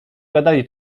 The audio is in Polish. gadali